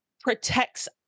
protects